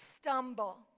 stumble